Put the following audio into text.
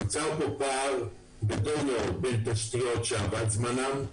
נוצר פה פער גדול מאוד בין תשתיות שעבר זמנן,